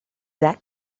that